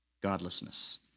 Godlessness